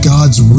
God's